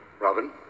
Robin